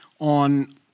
on